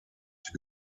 die